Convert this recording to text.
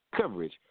coverage